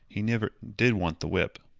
he never did want the whip.